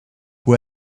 who